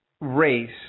race